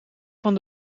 van